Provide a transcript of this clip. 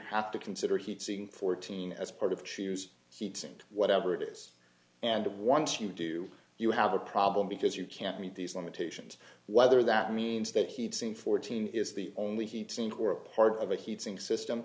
have to consider heat seeing fourteen as part of choose heats and whatever it is and once you do you have a problem because you can't meet these limitations whether that means that he'd seen fourteen is the only heat seen or a part of a heating system